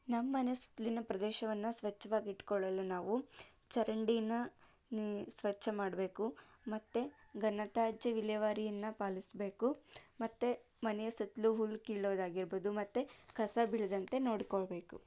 ನಮ್ಮ ಮನೆ ಸುತ್ತಲಿನ ಪ್ರದೇಶವನ್ನು ಸ್ವಚ್ಛವಾಗಿ ಇಟ್ಟುಕೊಳ್ಳಲು ನಾವು ಚರಂಡಿನ ಸ್ವಚ್ಛ ಮಾಡಬೇಕು ಮತ್ತು ಘನತ್ಯಾಜ್ಯ ವಿಲೇವಾರಿಯನ್ನು ಪಾಲಿಸಬೇಕು ಮತ್ತು ಮನೆ ಸುತ್ತಲೂ ಹುಲ್ಲು ಕೀಳೋದಾಗಿರ್ಬೋದು ಮತ್ತು ಕಸ ಬೀಳದಂತೆ ನೋಡ್ಕೋಬೇಕು